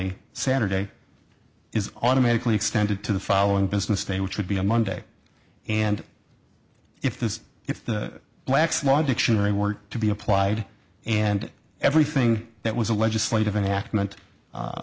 a saturday is automatically extended to the following business day which would be a monday and if this if the black's law dictionary were to be applied and everything that was a legislative enactment